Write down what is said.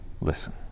listen